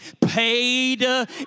paid